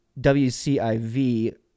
WCIV